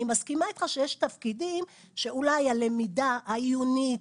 אני מסכימה איתך שיש תפקידים שאולי הלמידה העיונית,